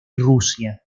rusia